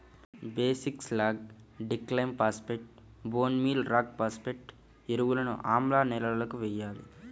basic slag, డిక్లైమ్ phosphate, bone meal rock phosphate ఎరువులను ఆమ్ల నేలలకు వేయాలి